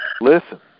Listen